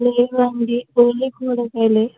లేదు అండి ఓన్లీ కూరగాయలే